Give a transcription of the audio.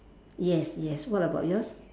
yes yes what about yours